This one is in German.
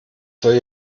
soll